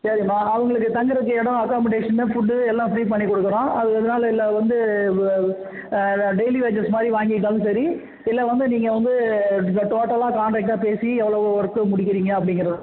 சரிம்மா அவங்களுக்கு தங்குறது இடோம் அக்கோமோடேசன்னு ஃபுட்டு எல்லாம் ஃப்ரீ பண்ணி கொடுக்குறோம் அதனால இல்லை வந்து டெய்லி வேஜஸ் மாதிரி வாங்கிக்கிட்டாலும் சரி இல்லை வந்து நீங்கள் வந்து டோடல்லாக கான்டர்க்ட்டாக பேசி எவ்வளோ வொர்க்கு முடிக்கிறீங்க